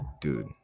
Dude